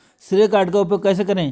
श्रेय कार्ड का उपयोग कैसे करें?